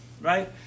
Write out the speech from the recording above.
right